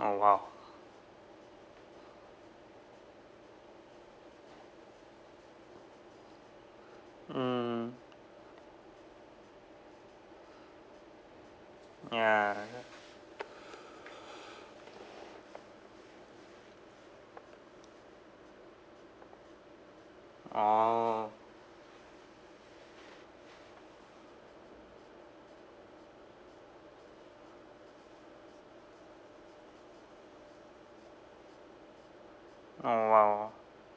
oh !wow! mm ya orh oh !wow!